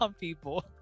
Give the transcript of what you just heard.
people